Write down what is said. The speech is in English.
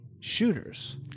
shooters